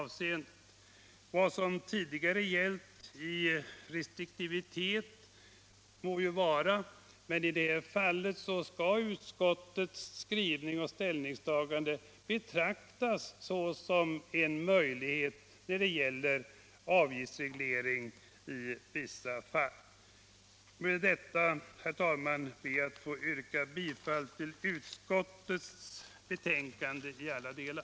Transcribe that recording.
Vad som tidigare gällt i fråga om restriktivitet må ju vara, men i detta fall skall utskottets skrivning och ställningstagande betraktas såsom en möjlighet när det gäller avgiftsreglering i vissa fall. Med detta, herr talman, ber jag att få yrka bifall till utskottets betänkande i alla delar.